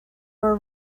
were